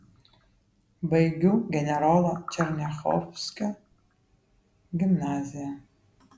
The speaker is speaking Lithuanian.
baigiu generolo černiachovskio gimnaziją